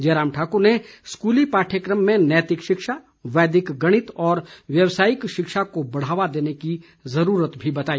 जयराम ठाकुर ने स्कूली पाठ्यक्रम में नैतिक शिक्षा वैदिक गणित और व्यवसायिक शिक्षा को बढ़ावा देने की ज़रूरत भी बताई